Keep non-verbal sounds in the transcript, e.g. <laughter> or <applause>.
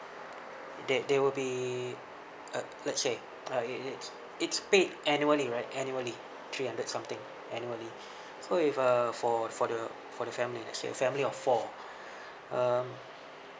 there there will be uh let's say uh it it's it's paid annually right annually three hundred something annually so if uh for for the for the family let's say a family of four <breath> um